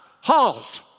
halt